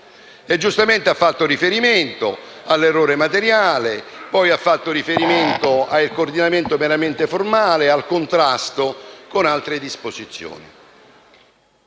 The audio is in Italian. giustamente ha fatto riferimento all'errore materiale, poi al coordinamento meramente formale e al contrasto con altre disposizioni.